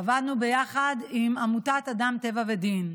עבדנו ביחד עם עמותת אדם טבע ודין.